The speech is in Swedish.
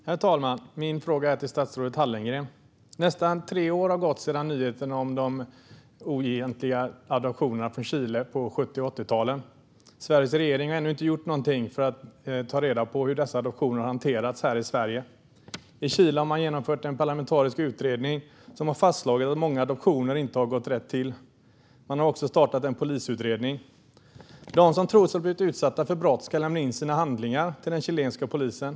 Herr talman! Min fråga är till statsrådet Hallengren. Nästan tre år har gått sedan nyheten kom om de oegentliga adoptionerna från Chile på 70 och 80-talen. Sveriges regering har ännu inte gjort någonting för att ta reda på hur dessa adoptioner har hanterats här i Sverige. I Chile har man genomfört en parlamentarisk utredning, som har fastslagit att många adoptioner inte har gått rätt till. Man har också startat en polisutredning. De som tror sig ha blivit utsatta för brott ska lämna in sina handlingar till den chilenska polisen.